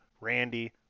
Randy